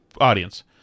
audience